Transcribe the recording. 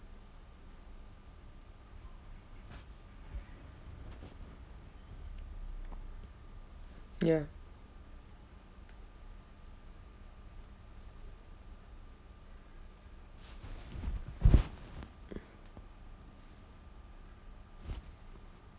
ya